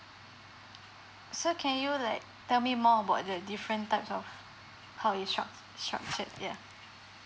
so can you like tell me more about the different types of how it struc~ structured yeah